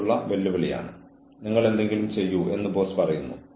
അച്ചടക്കം ആവശ്യമാണോ എന്ന് നിർണ്ണയിക്കുക